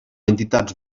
entitats